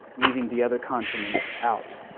leaving the other continents out.